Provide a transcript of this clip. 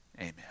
Amen